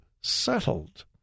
settled